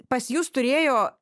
pas jus turėjo